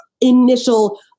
initial